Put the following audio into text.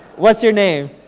what's your name?